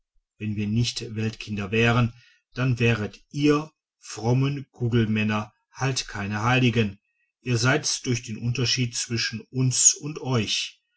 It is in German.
wenn wir nicht weltkinder wären dann wäret ihr frommen gugelmänner halt keine heiligen ihr seid's durch den unterschied zwischen uns und euch